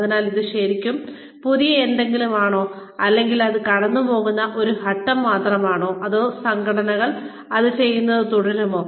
അതിനാൽ അത് ശരിക്കും പുതിയ എന്തെങ്കിലും ആണോ അല്ലെങ്കിൽ അത് കടന്നുപോകുന്ന ഒരു ഘട്ടം മാത്രമാണോ അതോ സംഘടനകൾ അത് ചെയ്യുന്നത് തുടരുമോ